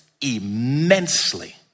immensely